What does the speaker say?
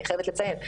אני חייבת לציין,